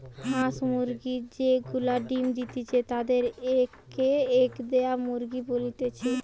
হাঁস মুরগি যে গুলা ডিম্ দিতেছে তাদির কে এগ দেওয়া মুরগি বলতিছে